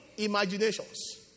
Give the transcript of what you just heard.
imaginations